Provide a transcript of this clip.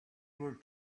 were